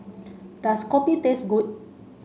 does Kopi taste good